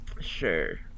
sure